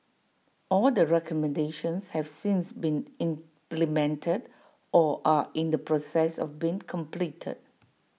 all the recommendations have since been implemented or are in the process of being completed